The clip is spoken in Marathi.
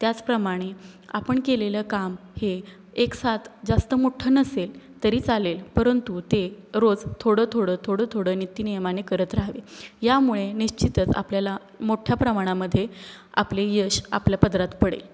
त्याचप्रमाणे आपण केलेलं काम हे एकसाथ जास्त मोठ्ठं नसेल तरी चालेल परंतु ते रोज थोडं थोडं थोडं थोडं नित्यनियमाने करत राहावे यामुळे निश्चितच आपल्याला मोठ्या प्रमाणामध्ये आपले यश आपल्या पदरात पडेल